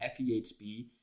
FEHB